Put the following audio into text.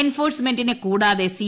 എൻഫോഴ്സ്മെന്റിനെ കൂടാതെ സി